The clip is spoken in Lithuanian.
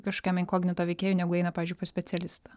kažkokiam inkognito veikėjui negu eina pavyzdžiui pas specialistą